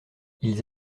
ils